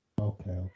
Okay